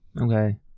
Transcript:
Okay